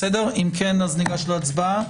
אם כן, ניגש להצבעה.